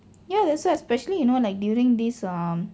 ya that's why especially you know like during this um